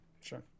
Sure